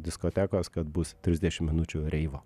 diskotekos kad bus trisdešim minučių reivo